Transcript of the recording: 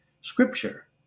scripture